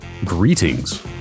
Greetings